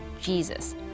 Jesus